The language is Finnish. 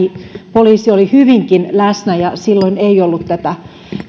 lähipoliisi oli hyvinkin läsnä ja silloin ei ollut tätä